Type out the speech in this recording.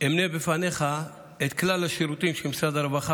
אמנה בפניך את כלל השירותים שמשרד הרווחה